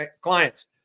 clients